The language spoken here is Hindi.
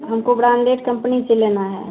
हमको ब्राण्डेड कम्पनी से लेना है